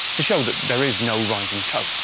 to show that there is no rising tone.